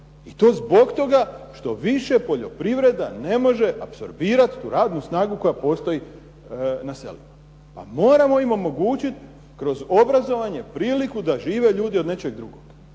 i to zbog toga što više poljoprivreda ne može apsorbirati tu radnu snagu koja postoji na selima, pa moramo im omogućiti kroz obrazovanje priliku da žive ljudi od nečeg drugog.